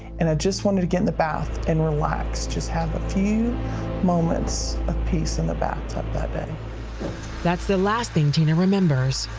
and i just wanted to get in the bath and relax, just have a few moments of peace in the bathtub that day. reporter that's the last thing tina remembers.